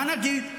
מה נגיד?